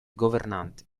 governante